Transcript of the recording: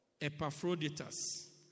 Epaphroditus